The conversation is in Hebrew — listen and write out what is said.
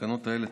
התקנות האלה,